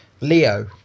leo